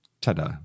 ta-da